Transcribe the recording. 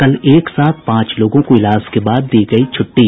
कल एक साथ पांच लोगों को इलाज के बाद दी गयी छुट्टी